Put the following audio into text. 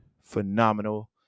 phenomenal